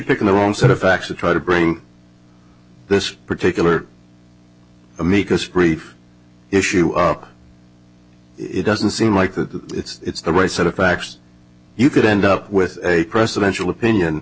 picking the wrong sort of actually try to bring this particular amicus brief issue up it doesn't seem like that it's the right set of facts you could end up with a presidential opinion